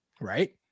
right